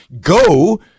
Go